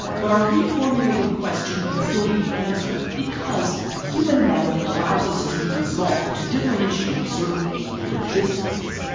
but our reformulated question can still be answered because human anatomy allows us to resolve, to differentiate certain angular distances.